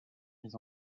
mis